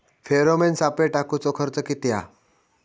Pheromone सापळे टाकूचो खर्च किती हा?